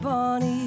Bonnie